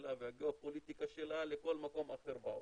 שלה והגאופוליטיקה שלה לכל מקום אחר בעולם.